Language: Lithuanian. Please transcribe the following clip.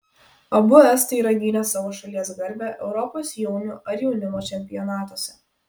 abu estai yra gynę savo šalies garbę europos jaunių ar jaunimo čempionatuose